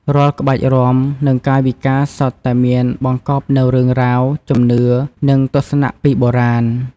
រាល់ក្បាច់រាំ និងកាយវិការសុទ្ធតែមានបង្កប់នូវរឿងរ៉ាវ ជំនឿ និងទស្សនៈពីបុរាណ។